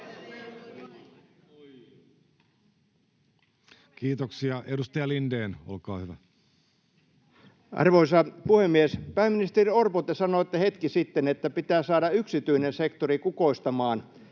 Kiuru sd) Time: 16:32 Content: Arvoisa puhemies! Pääministeri Orpo, te sanoitte hetki sitten, että pitää saada yksityinen sektori kukoistamaan.